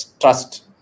trust